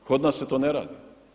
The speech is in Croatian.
Kod nas se to ne radi.